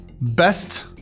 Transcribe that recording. best